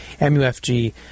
MUFG